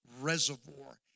reservoir